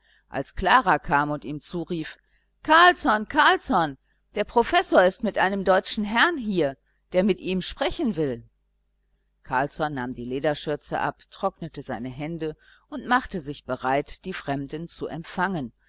als klara kam und ihm zurief carlsson carlsson der professor ist mit einem deutschen herrn hier der mit ihm sprechen will carlsson nahm die lederschürze ab trocknete seine hände und machte sich bereit die fremden zu empfangen